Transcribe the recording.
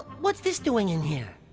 what's this doing in here!